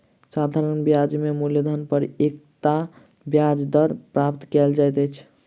साधारण ब्याज में मूलधन पर एकता ब्याज दर प्राप्त कयल जाइत अछि